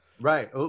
right